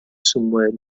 somewhere